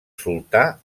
sultà